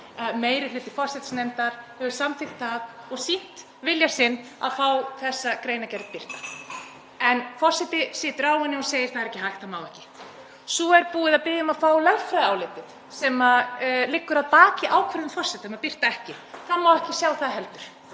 meiri hluti forsætisnefndar hefur samþykkt það og sýnt vilja sinn til að fá þessa greinargerð birta, en forseti situr á henni og segir: Það er ekki hægt. Það má ekki. Svo er búið að biðja um að fá lögfræðiálitið sem liggur að baki ákvörðun forseta um að birta ekki. Það má ekki sjá það heldur.